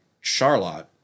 Charlotte